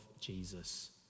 Jesus